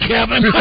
Kevin